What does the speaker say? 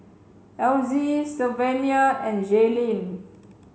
Elzy Sylvania and Jayleen